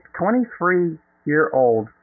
23-year-old